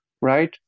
right